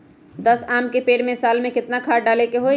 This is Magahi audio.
दस आम के पेड़ में साल में केतना खाद्य डाले के होई?